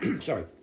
Sorry